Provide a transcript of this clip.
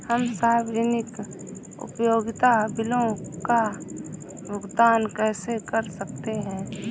हम सार्वजनिक उपयोगिता बिलों का भुगतान कैसे कर सकते हैं?